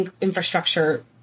infrastructure